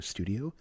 Studio